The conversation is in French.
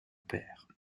père